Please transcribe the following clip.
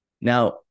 Now